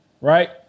right